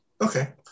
Okay